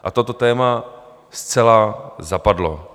A toto téma zcela zapadlo.